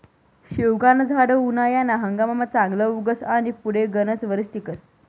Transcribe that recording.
शेवगानं झाड उनायाना हंगाममा चांगलं उगस आनी पुढे गनच वरीस टिकस